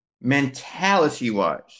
Mentality-wise